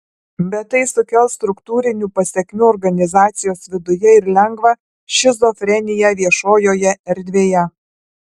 bet tai sukels struktūrinių pasekmių organizacijos viduje ir lengvą šizofreniją viešojoje erdvėje